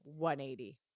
180